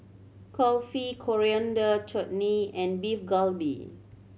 Kulfi Coriander Chutney and Beef Galbi